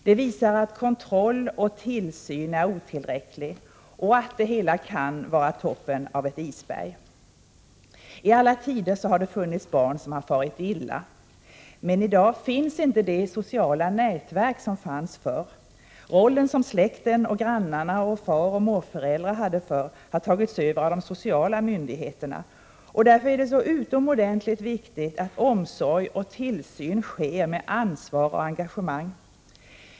Detta visar att kontroll och tillsyn är otillräckliga, och att detta fall kan vara toppen på ett isberg. I alla tider har det funnits barn som har farit illa, men i dag finns inte det sociala nätverk som fanns förr. Den roll som släkt, grannar och faroch morföräldrar hade förr har övertagits av de sociala myndigheterna. Därför är det utomordentligt viktigt att omsorg och tillsyn sker med ansvar och engagemang.